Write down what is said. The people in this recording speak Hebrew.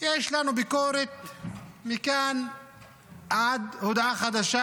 יש לנו ביקורת מכאן עד הודעה חדשה